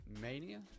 mania